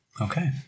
Okay